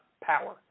power